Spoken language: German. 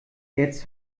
jetzt